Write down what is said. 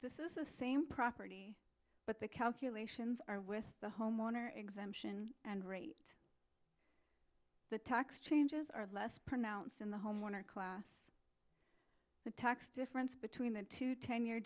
this is the same property but the calculations are with the homeowner exemption and rate the tax changes are less pronounced in the homeowner class the tax difference between the two ten year